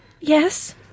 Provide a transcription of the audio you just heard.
Yes